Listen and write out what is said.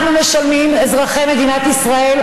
אנחנו משלמים, אזרחי מדינת ישראל,